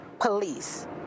police